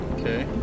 Okay